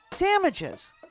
Damages